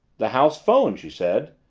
the house phone! she said.